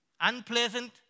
Unpleasant